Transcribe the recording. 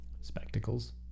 Spectacles